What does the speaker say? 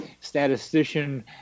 statistician